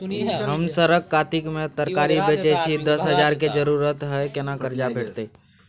हम सरक कातिक में तरकारी बेचै छी, दस हजार के जरूरत हय केना कर्जा भेटतै?